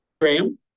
Graham